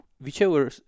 whichever